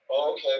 Okay